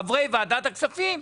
חברי ועדת הכספים,